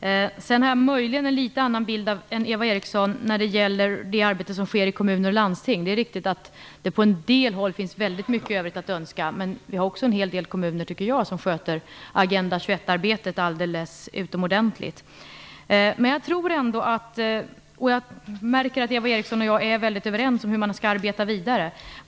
Jag har möjligen en litet annan bild än Eva Eriksson när det gäller det arbete som sker i kommuner och landsting. Det är riktigt att det på en del håll finns mycket övrigt att önska, men det finns också en hel del kommuner som sköter Agenda 21-arbetet alldeles utomordentligt. Jag märker att Eva Eriksson och jag är överens om hur man skall arbeta vidare.